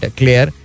clear